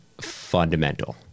fundamental